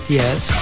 yes